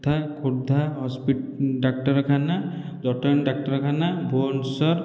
ଯଥା ଖୋର୍ଦ୍ଧା ଡାକ୍ଟରଖାନା ଜଟଣୀ ଡାକ୍ଟରଖାନା ଭୁବନେଶ୍ଵର